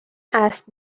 است